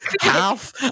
half